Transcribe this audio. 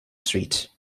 street